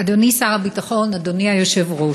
אדוני שר הביטחון, אדוני היושב-ראש,